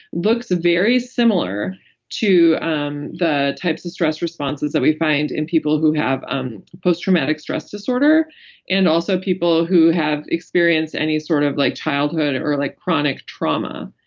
looks very similar to um the types of stress responses that we find in people who have um post-traumatic stress disorder and also people who have experienced any sort of like childhood or like chronic trauma.